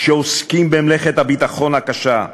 שעוסקים במלאכת הביטחון הקשה,